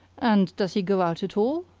and does he go out at all?